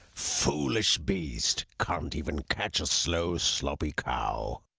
foolish beast, can't and even catch a slow, sloppy cow.